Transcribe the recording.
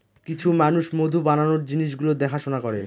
কিছু মানুষ মধু বানানোর জিনিস গুলো দেখাশোনা করে